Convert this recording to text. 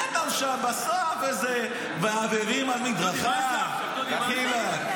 המצאתם שם בסוף איזה, מעברים על מדרכה, דחילק.